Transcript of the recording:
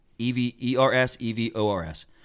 E-V-E-R-S-E-V-O-R-S